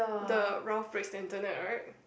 the ralp breaks the internet right